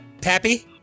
Pappy